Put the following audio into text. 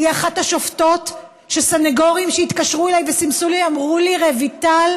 היא אחת השופטות שסנגורים שהתקשרו אליי וסימסו לי אמרו לי: רויטל,